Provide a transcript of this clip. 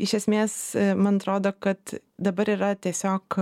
iš esmės man atrodo kad dabar yra tiesiog